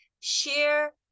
share